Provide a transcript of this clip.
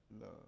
love